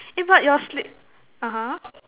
eh but your sleep (uh huh)